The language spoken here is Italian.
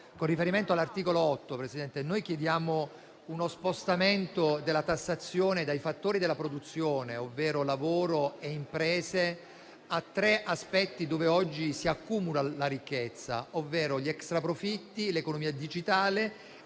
con l'emendamento 8.0.2, noi chiediamo uno spostamento della tassazione dai fattori della produzione, ovvero lavoro e imprese, su tre aspetti sui quali oggi si accumula la ricchezza, ovvero gli extraprofitti, l'economia digitale